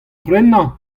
prenañ